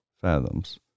fathoms